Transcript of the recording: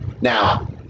Now